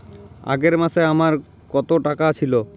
আগের মাসে আমার কত টাকা ছিল?